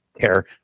care